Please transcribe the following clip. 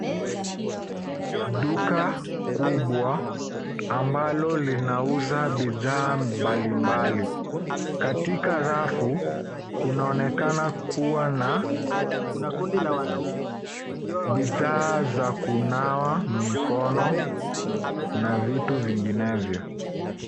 Duka kubwa ambalo linauza bidhaa mbalimbali, katika rafu kunaonekana kuwa na bidhaa za kunawa mkono na vitu vinginevyo.